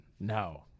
No